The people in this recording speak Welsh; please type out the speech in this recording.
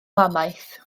mamaeth